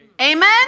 Amen